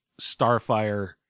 Starfire